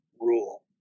rule